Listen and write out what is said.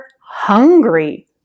hungry